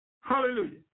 Hallelujah